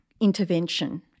intervention